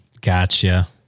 Gotcha